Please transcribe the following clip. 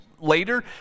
later